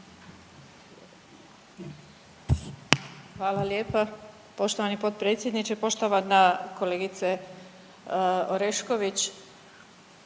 Hvala lijepa poštovani potpredsjedniče. Poštovana kolegice Orešković,